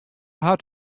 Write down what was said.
hat